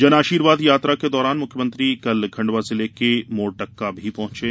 जन आशीर्वाद यात्रा के दौरान मुख्यमंत्री कल खंडवा जिले के मोरटक्का भी पहुँचे